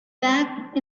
back